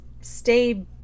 stay